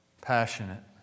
passionate